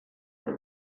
por